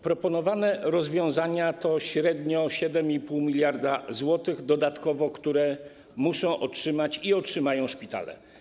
Proponowane rozwiązania to średnio 7,5 mld zł dodatkowo, które muszą otrzymać i otrzymają szpitale.